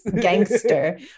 gangster